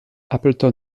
appleton